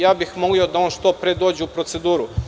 Ja bih molio da on što pre dođe u proceduru.